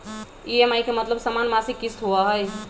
EMI के मतलब समान मासिक किस्त होहई?